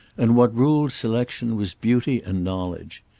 and what ruled selection was beauty and knowledge.